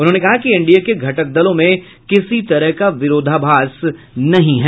उन्होंने कहा कि एनडीए के घटक दलों में किसी तरह का विरोधाभास नहीं है